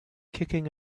kicking